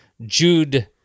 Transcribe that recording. Jude